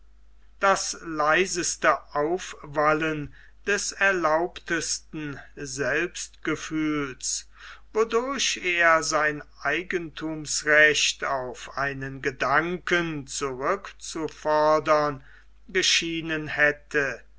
das leiseste aufwallen des erlaubtesten selbstgefühls wodurch er sein eigentumsrecht auf einen gedanken zurückzufordern geschienen hätte